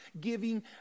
giving